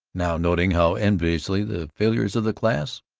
now noting how enviously the failures of the class,